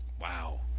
Wow